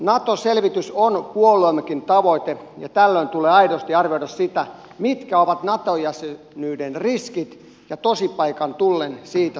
nato selvitys on puolueemmekin tavoite ja tällöin tulee aidosti arvioida sitä mitkä ovat nato jäsenyyden riskit ja tosipaikan tullen siitä saatavat hyödyt